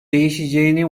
değişeceğini